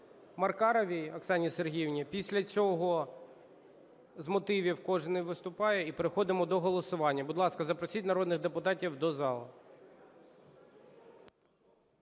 Маркаровій Оксані Сергіївні. Після цього з мотивів кожний виступає і переходимо до голосування. Будь ласка, запросіть народних депутатів до залу.